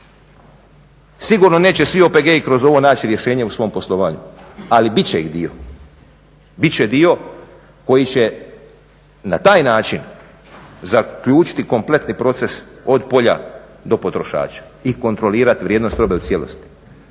Sigurno neće svi OPG-i kroz ovo naći rješenje u svom poslovanju ali bit će ih dio, bit će dio koji će na taj način zaključiti kompletni proces od polja do potrošača i kontrolirati vrijednost robe u cijelosti.